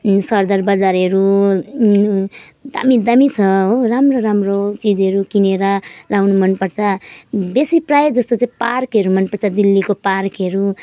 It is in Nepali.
सरदार बजारहरू दामी दामी छ हो राम्रो राम्रो चिजहरू किनेर ल्याउनु मनपर्छ बेसी प्रायःजस्तो चाहिँ पार्कहरू मनपर्छ दिल्लीको पार्कहरू